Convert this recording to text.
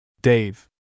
Dave